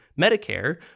Medicare